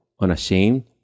unashamed